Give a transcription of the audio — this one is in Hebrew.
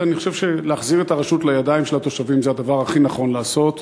ואני חושב שלהחזיר את הרשות לידיים של התושבים זה הדבר הכי נכון לעשות,